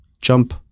jump